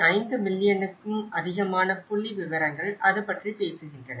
5 மில்லியனுக்கும் அதிகமான புள்ளிவிவரங்கள் அது பற்றி பேசுகின்றன